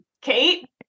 Kate